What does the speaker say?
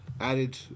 added